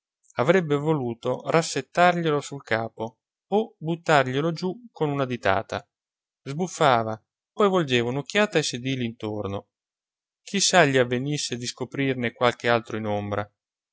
avrebbe voluto rassettarglielo sul capo o buttarglielo giù con una ditata sbuffava poi volgeva un'occhiata ai sedili intorno chi sa gli avvenisse di scoprirne qualche altro in ombra